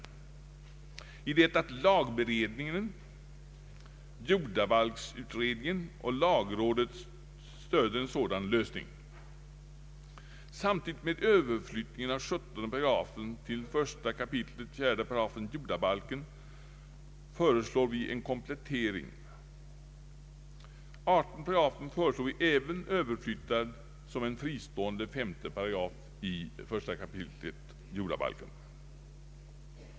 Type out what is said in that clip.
Vi vet att lagberedningen, jordabalksutredningen och lagrådet stödjer en sådan lösning. Samtidigt med överflyttningen av 17 § till 1 kap. 4 8 jordabalken föreslår vi en mindre komplettering. 18 § föreslår vi överflyttad som en fristående 5 § till 1 kapitlet i jordabalken.